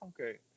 Okay